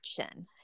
action